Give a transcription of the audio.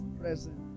present